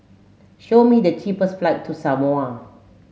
show me the cheapest flight to Samoa